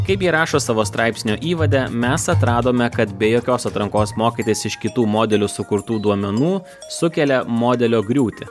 kaip jie rašo savo straipsnio įvade mes atradome kad be jokios atrankos mokytis iš kitų modelių sukurtų duomenų sukelia modelio griūtį